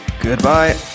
goodbye